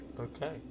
Okay